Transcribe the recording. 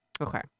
Okay